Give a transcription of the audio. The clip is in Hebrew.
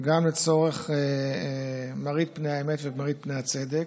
וגם לצורך מראית פני האמת ומראית פני הצדק.